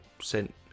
sent